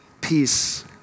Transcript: peace